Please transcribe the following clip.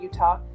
Utah